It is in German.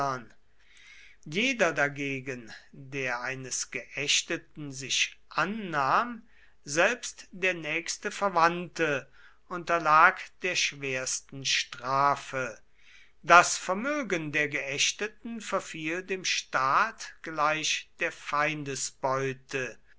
jeder dagegen der eines geächteten sich annahm selbst der nächste verwandte unterlag der schwersten strafe das vermögen der geächteten verfiel dem staat gleich der